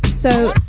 so,